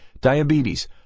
diabetes